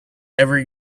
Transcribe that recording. every